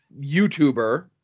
YouTuber